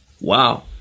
Wow